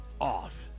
off